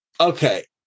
Okay